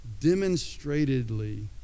demonstratedly